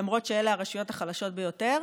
למרות שאלה הרשויות החלשות ביותר.